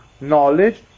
knowledge